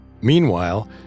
Meanwhile